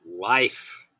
life